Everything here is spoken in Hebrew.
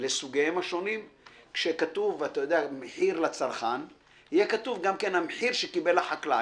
לסוגיהם השונים כשכתוב מחיר לצרכן יהיה כתוב גם כן המחיר שקיבל החקלאי.